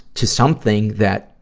to something that,